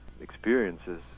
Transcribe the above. experiences